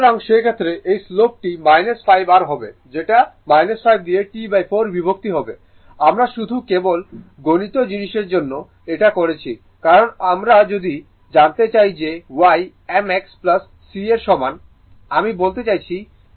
সুতরাং সেক্ষেত্রে এই স্লোপ টি 5 r হবে যেটা 5 দিয়ে T4 বিভক্ত হবে আমরা শুধু কেবল গাণিতিক জিনিসের জন্য এটা করছি কারণ আমরা যদি জানতে চাই যে y m x C এর সমান আমি বলতে চাইছি v m t c এর সমান